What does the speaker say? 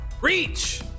reach